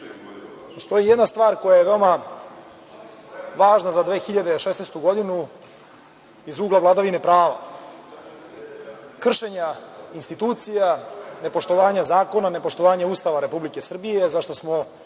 postoji jedna stvar koja je veoma važna za 2016. godinu iz ugla vladavine prava, kršenja institucija, nepoštovanja zakona, nepoštovanja Ustava Republike Srbije, za šta smo